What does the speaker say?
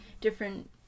different